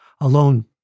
alone